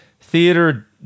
Theater